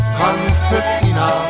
concertina